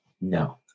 no